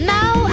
Now